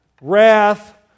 wrath